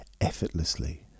effortlessly